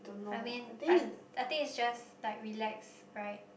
I mean I I think it's just like relax right